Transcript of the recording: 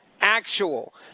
actual